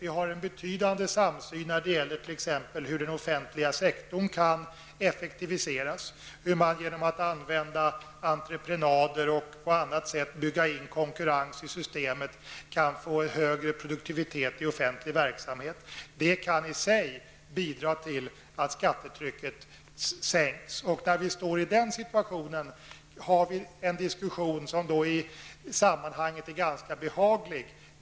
Vi har en betydande samsyn när det gäller t.ex. hur den offentliga sektorn kan effektiviseras, hur det med hjälp av entreprenader går att bygga in konkurrens i systemet och på så sätt få högre produktivitet i offentlig verksamhet. Det kan i sig bidra till att skattetrycket sänks. När vi står i den situationen går det att ha en diskussion som i det sammanhanget kan vara behaglig.